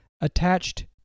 attached